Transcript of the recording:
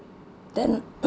then